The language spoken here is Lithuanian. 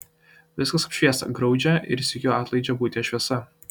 viskas apšviesta graudžia ir sykiu atlaidžia būties šviesa